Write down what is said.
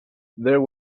there